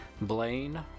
Blaine